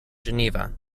geneva